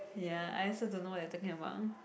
ya I also don't know what you are talking about